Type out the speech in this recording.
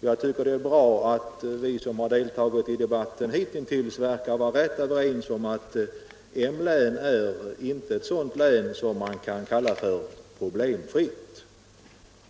Jag tycker att det är bra att vi som deltagit i debatten hittills verkar vara rätt överens om att M-länet inte kan kallas problemfritt.